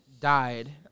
died